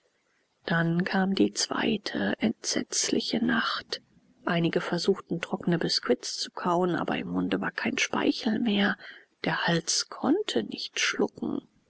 dann kam die zweite entsetzliche nacht einige versuchten trocknen biskuit zu kauen aber im munde war kein speichel mehr der hals konnte nicht schlucken